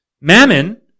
Mammon